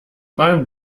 beim